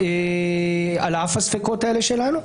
על אף הספקות האלה שלנו.